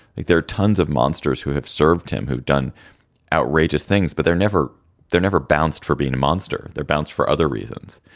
like there are tons of monsters who have served him, who've done outrageous things. but they're never there, never bounced for being a monster. they're bounced for other reasons.